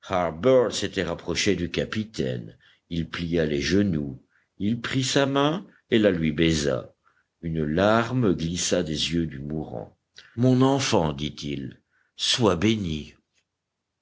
s'était rapproché du capitaine il plia les genoux il prit sa main et la lui baisa une larme glissa des yeux du mourant mon enfant dit-il sois béni